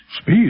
Speed